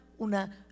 una